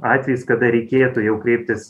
atvejis kada reikėtų jau kreiptis